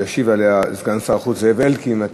שישיב עליה סגן שר החוץ זאב אלקין.